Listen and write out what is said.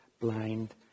blind